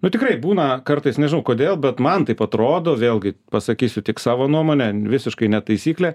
nu tikrai būna kartais nežinau kodėl bet man taip atrodo vėlgi pasakysiu tik savo nuomonę visiškai ne taisyklė